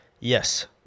Yes